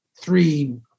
three